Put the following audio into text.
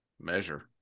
measure